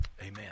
amen